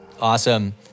Awesome